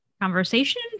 conversation